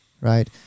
right